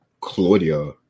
Claudia